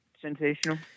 sensational